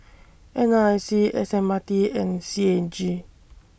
N R I C S M R T and C A G